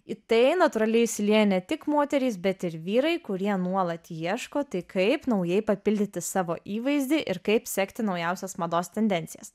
į tai natūraliai įsilieja ne tik moterys bet ir vyrai kurie nuolat ieško tai kaip naujai papildyti savo įvaizdį ir kaip sekti naujausias mados tendencijas